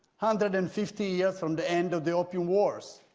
hundred and fifty yeah from the end of the opium wars.